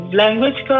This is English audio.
language